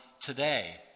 today